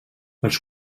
els